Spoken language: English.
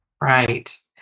right